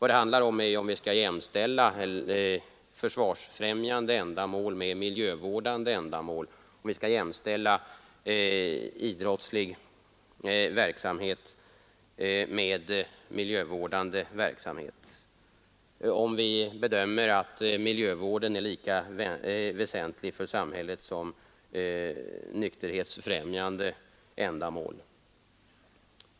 Det handlar här om huruvida vi skall jämställa försvarsfrämjande ändamål med miljövårdande ändamål, om vi skall jämställa idrottslig verksamhet med miljövårdande verksamhet och om vi bedömer att miljövården är lika väsentlig för samhället som nykterhetsfrämjande ändamål.